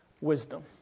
wisdom